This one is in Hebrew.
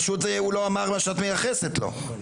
פשוט הוא לא אמר מה שאת מייחסת לו.